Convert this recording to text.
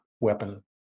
weapon